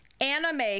anime